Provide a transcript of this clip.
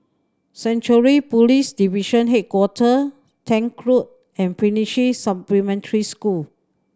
Central Police Division Hi Quarter Tank Road and Finnish Supplementary School